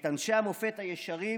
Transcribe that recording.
את אנשי המופת הישרים,